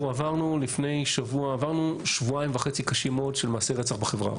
עברנו שבועיים וחצי קשים מאוד של מעשי רצח בחברה הערבית,